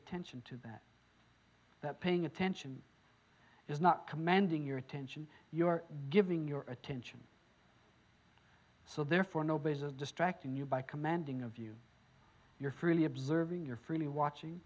attention to that that paying attention is not commanding your attention your giving your attention so therefore nobody is of distracting you by commanding of you your freely observing your freely watching